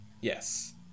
Yes